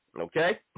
Okay